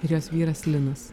ir jos vyras linas